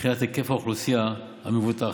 מבחינת היקף האוכלוסייה המבוטחת.